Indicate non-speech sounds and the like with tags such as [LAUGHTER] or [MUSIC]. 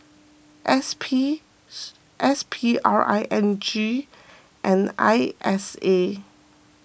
[NOISE] S P S P R I N G and I S A